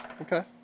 okay